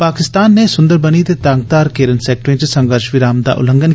पाकिस्तान नै सुन्दरबनी ते तंगधार केरन सैक्टरें च संघर्ष विराम दा कीता उल्लंघन